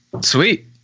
Sweet